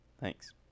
Thanks